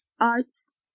arts